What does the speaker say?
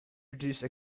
reduce